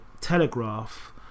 Telegraph